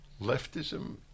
leftism